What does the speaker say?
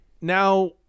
now